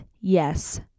yes